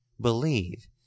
believe